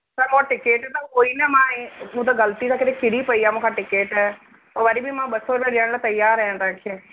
sir ticket त हुई न मां हू त ग़लती सां केरे किरी पई आहे मूं खां टिकट पोइ वरी बि मां ॿ सौ रुपया ॾियण लाइ तियारु आहियां तव्हांखे